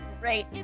great